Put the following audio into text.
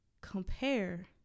compare